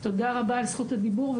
תודה רבה על זכות הדיבור,